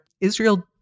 Israel